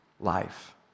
life